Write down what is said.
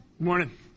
Morning